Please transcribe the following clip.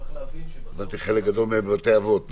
הבנתי שחלק גדול מהם בבתי אבות.